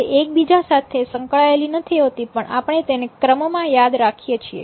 તે એકબીજા સાથે સંકળાયેલી નથી હોતી પણ આપણે તેને ક્રમમાં યાદ રાખીએ છીએ